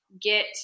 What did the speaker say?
get